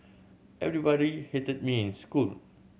everybody hated me in school